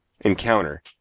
encounter